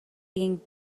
being